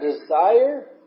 desire